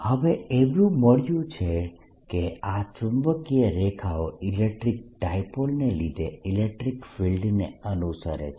હવે એવું મળ્યું છે કે આ ચુંબકીય રેખાઓ ઇલેક્ટ્રીક ડાયપોલ ને લીધે ઇલેક્ટ્રીક ફિલ્ડ ને અનુસરે છે